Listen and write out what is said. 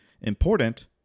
important